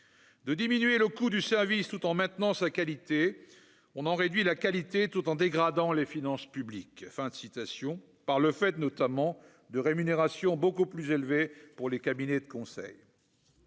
de diminuer le coût du service tout en maintenant sa qualité on en réduit la qualité tout en dégradant les finances publiques, fin de citation par le fait, notamment, de rémunérations beaucoup plus élevées pour les cabinets de conseil.